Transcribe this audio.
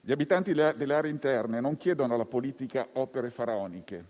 Gli abitanti delle aree interne non chiedono alla politica opere faraoniche